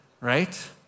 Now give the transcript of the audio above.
right